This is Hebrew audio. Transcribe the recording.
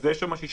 לא כתוב פה.